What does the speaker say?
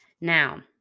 Now